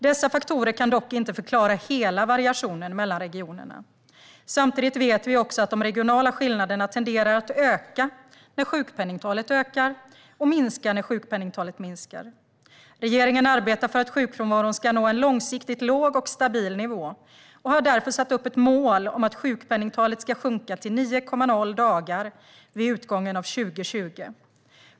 Dessa faktorer kan dock inte förklara hela variationen mellan regionerna. Samtidigt vet vi också att de regionala skillnaderna tenderar att öka när sjukpenningtalet ökar och att minska när sjukpenningtalet minskar. Regeringen arbetar för att sjukfrånvaron ska nå en långsiktigt låg och stabil nivå och har därför satt upp ett mål om att sjukpenningtalet ska sjunka till 9,0 dagar vid utgången av 2020.